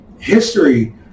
history